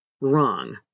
wrong